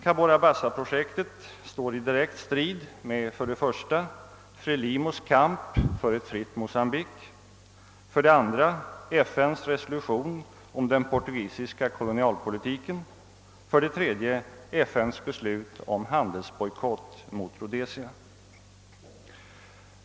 Cabora Bassa-projektet står i direkt strid mot för det första Frelimos kamp för ett fritt Mocambique, för det andra FN:s resolution om den portugisiska kolonialpoli tiken, för det tredje FN:s beslut om handelsbojkott mot Rhodesia.